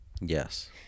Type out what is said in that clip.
Yes